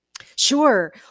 Sure